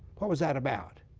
what was that about?